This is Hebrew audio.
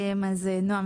תודה.